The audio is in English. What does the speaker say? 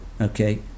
Okay